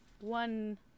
one